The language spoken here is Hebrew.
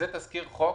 זה תזכיר חוק